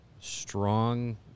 Strong